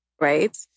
Right